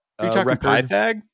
Pythag